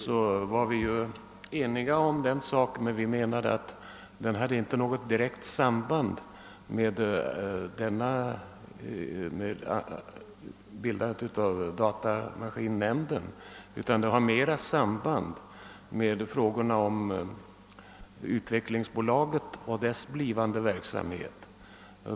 Vi var i utskottet eniga om att åtgärder i detta syfte bör vidtas, men vi ansåg att den saken inte hade något direkt samband med frågan om inrättande av en datamaskinfond. Den har mer anknytning till de frågor som berör utvecklingsbolaget och dess blivande varksamhet.